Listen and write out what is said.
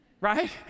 right